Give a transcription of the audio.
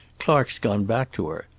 clark's gone back to her.